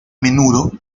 menudo